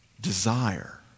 desire